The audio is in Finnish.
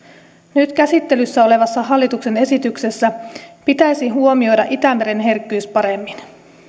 nyt käsittelyssä olevassa hallituksen esityksessä pitäisi huomioida itämeren herkkyys paremmin